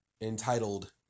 entitled